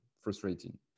frustrating